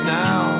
now